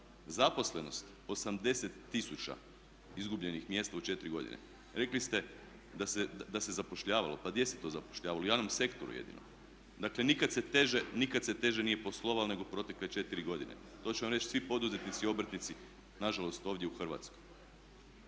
Zaposlenost 80000 izgubljenih mjesta u 4 godine. Rekli ste da se zapošljavalo. Pa gdje se to zapošljavalo? U javnom sektoru jedino. Dakle, nikad se teže nije poslovalo nego protekle četiri godine. To će vam reći svi poduzetnici, obrtnici na žalost ovdje u Hrvatskoj.